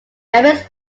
members